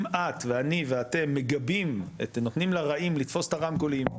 אם את ואני ואתם מגבים אתם נותנים לרעים לתפוס את הרמקולים,